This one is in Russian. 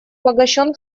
погашен